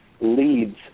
Leads